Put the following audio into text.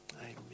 Amen